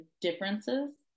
differences